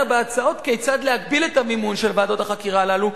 בהצעות כיצד להגביל את המימון של ועדות החקירה הללו.